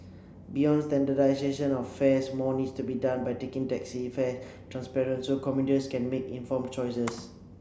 beyond standardization of fares more needs to be done by taking taxi fare transparent so commuters can make informed choices